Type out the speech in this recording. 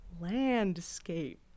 landscape